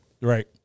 Right